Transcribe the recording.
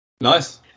nice